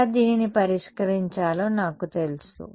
ఎలా దీనిని పరిష్కరించాలో నాకు తెలుసు